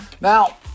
Now